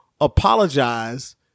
apologize